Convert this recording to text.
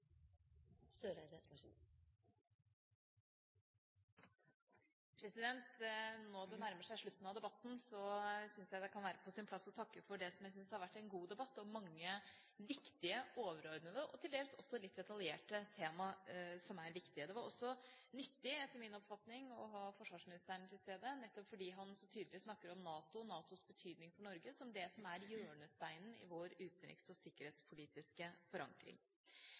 av. Nå når det nærmer seg slutten av debatten, syns jeg det kan være på sin plass å takke for det som jeg syns har vært en god debatt, og for mange viktige, overordnede og til dels også litt detaljerte temaer som er viktige. Det var også nyttig, etter min oppfatning, å ha forsvarsministeren til stede, nettopp fordi han så tydelig snakker om NATO, NATOs betydning for Norge, som det som er hjørnesteinen i vår utenriks- og sikkerhetspolitiske forankring.